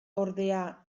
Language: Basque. ordea